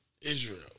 Israel